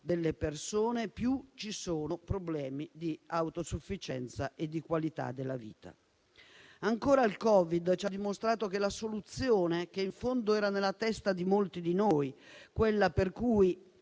delle persone, più ci sono problemi di autosufficienza e di qualità della vita. Ancora, il Covid ci ha dimostrato che la soluzione che in fondo era nella testa di molti di noi, quella per cui